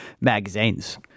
magazines